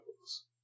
books